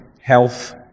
Health